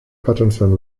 patterson